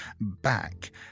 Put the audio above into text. back